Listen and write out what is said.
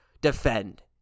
defend